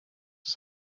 ist